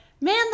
man